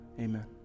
Amen